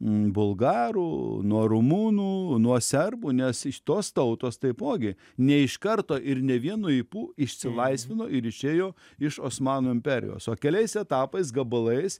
bulgarų nuo rumunų nuo serbų nes iš tos tautos taipogi ne iš karto ir ne vienu ypu išsilaisvino ir išėjo iš osmanų imperijos o keliais etapais gabalais